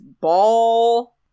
ball